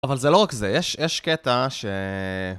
אבל זה לא רק זה, יש קטע ש...